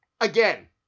Again